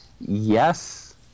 Yes